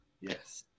Yes